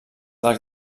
del